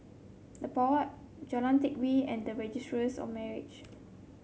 The Pod Jalan Teck Kee and of Marriage